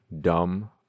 dumb